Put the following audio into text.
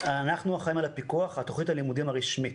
אחראים על הפיקוח על תוכנית הלימודים הרשמית.